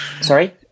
sorry